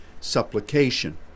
supplication